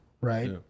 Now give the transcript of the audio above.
right